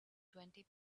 twenty